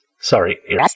Sorry